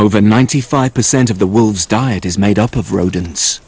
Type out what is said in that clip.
over ninety five percent of the world's diet is made up of rodents